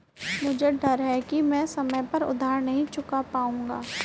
मुझे डर है कि मैं समय पर उधार नहीं चुका पाऊंगा